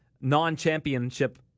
non-championship